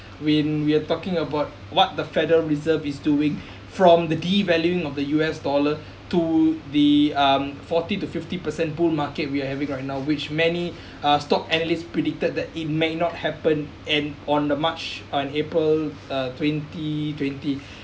when we are talking about what the federal reserve is doing from the devaluing of the U_S dollar to the um forty to fifty percent bull market we are having right now which many uh stock analysts predicted that it may not happen and on the march on april uh twenty twenty